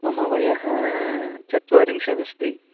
मम वयः चत्वारिंशदस्ति